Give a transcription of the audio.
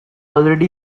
already